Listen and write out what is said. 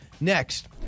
Next